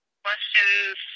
questions